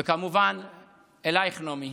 וכמובן, אלייך, נעמי,